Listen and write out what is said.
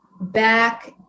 back